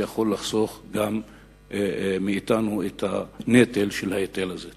שיכול לחסוך מאתנו את הנטל של ההיטל הזה.